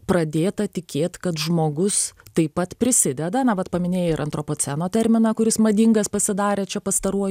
pradėta tikėt kad žmogus taip pat prisideda na vat paminėjai ir antropoceno terminą kuris madingas pasidarė čia pastaruoju